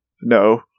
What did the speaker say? no